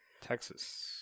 Texas